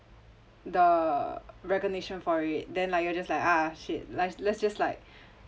the recognition for it then like you're just like ah shit like let's just like